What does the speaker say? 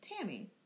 Tammy